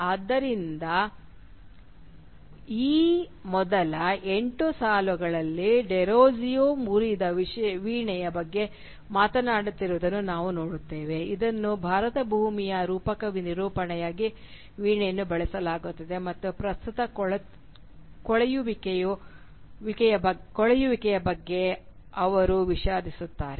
ಆದ್ದರಿಂದ ಈ ಮೊದಲ ಎಂಟು ಸಾಲುಗಳಲ್ಲಿ ಡೆರೋಜಿಯೊ ಮುರಿದ ವೀಣೆಯ ಬಗ್ಗೆ ಮಾತನಾಡುತ್ತಿರುವುದನ್ನು ನಾವು ನೋಡುತ್ತೇವೆ ಇದನ್ನು ಭಾರತದ ಭೂಮಿಯ ರೂಪಕ ನಿರೂಪಣೆಯಾಗಿ ವೀಣೆಯನ್ನು ಬಳಸಲಾಗುತ್ತದೆ ಮತ್ತು ಅದರ ಪ್ರಸ್ತುತ ಕೊಳೆಯುವಿಕೆಯ ಬಗ್ಗೆ ಅವರು ವಿಷಾದಿಸುತ್ತಿದ್ದಾರೆ